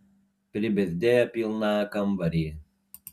pribezdėjo pilną kambarį